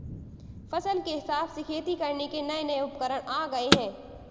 फसल के हिसाब से खेती करने के नये नये उपकरण आ गये है